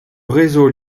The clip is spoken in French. réseau